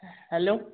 hello